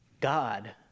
god